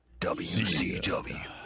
WCW